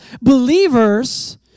believers